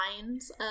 lines